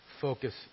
focus